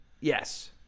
Yes